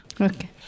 Okay